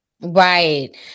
Right